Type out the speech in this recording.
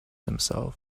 himself